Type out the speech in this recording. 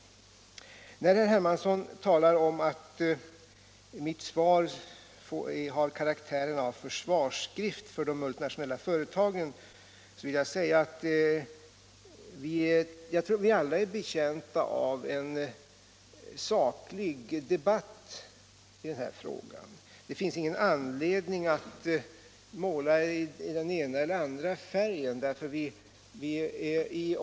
Med anledning av herr Hermanssons tal om att mitt svar har karaktären av försvarsskrift för de multinationella företagen vill jag säga, att jag tror att vi alla är betjänta av en saklig debatt i denna fråga. Det finns ingen anledning att måla i den ena eller den andra färgen.